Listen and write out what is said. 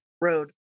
Road